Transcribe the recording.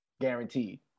guaranteed